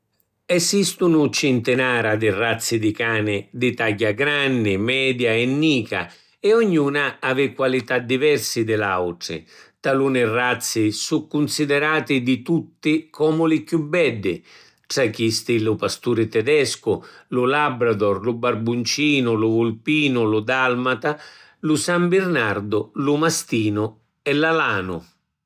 Esistunu cintinara di razzi di cani, di tagghia granni, media e nica e ognuna havi qualità diversi di l’autri. Taluni razzi su cunsiddirati di tutti comu li chiù beddi. Tra chisti lu pasturi tedescu, lu labrador, lu barbuncinu, lu vulpinu, lu dalmata, lu san birnardu, lu mastinu e l’alanu.